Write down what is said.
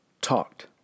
talked